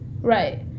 Right